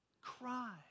cry